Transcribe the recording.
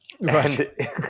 Right